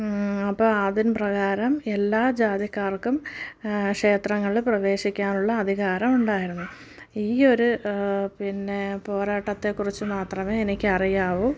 അപ്പോൾ അതിൻ പ്രകാരം എല്ലാ ജാതിക്കാർക്കും ക്ഷേത്രങ്ങൾ പ്രവേശിയ്ക്കാനുള്ള അധികാരം ഉണ്ടായിരുന്നു ഈ ഒരു പിന്നെ പോരാട്ടത്തെക്കുറിച്ച് മാത്രമേ എനിക്ക് അറിയാവു